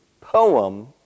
poem